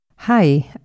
Hi